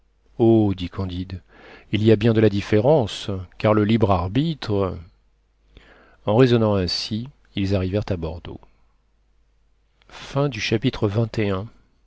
dit candide il y a bien de la différence car le libre arbitre en raisonnant ainsi ils arrivèrent à bordeaux